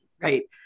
Right